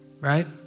right